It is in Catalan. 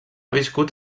viscut